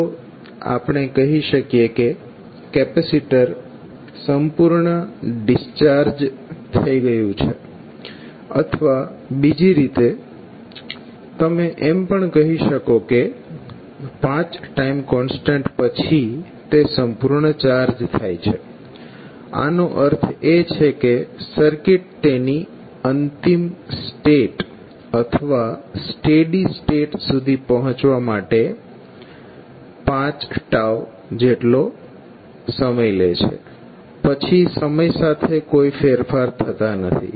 તો આપણે કહી શકીએ કે કેપેસીટર સંપૂર્ણ ડિસ્ચાર્જ થઈ ગયું છે અથવા બીજી રીતે તમે એમ પણ કહી શકો કે 5 ટાઈમ કોન્સ્ટન્ટ પછી તે સંપૂર્ણ ચાર્જ થાય છે આનો અર્થ છે કે સર્કિટ તેની અંતિમ સ્ટેટ અથવા સ્ટેડી સ્ટેટ સુધી પહોંચવા માટે 5 જેટલો સમય લે છે પછી સમય સાથે કોઈ ફેરફાર થતા નથી